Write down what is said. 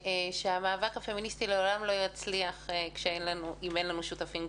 המאבק הפמיניסטי לעולם לא יצליח אם אין לנו גברים שהם שותפים.